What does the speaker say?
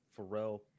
Pharrell